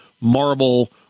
marble